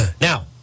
now